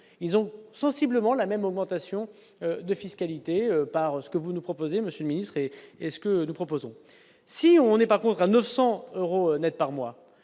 ils ont sensiblement la même augmentation de fiscalité, par ce que vous nous proposez monsieur le ministre, et est-ce que nous proposons, si on n'est pas contre 900 euros Net par mois,